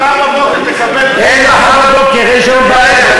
מחר בבוקר תקבל, אין מחר בבוקר, יש היום בערב.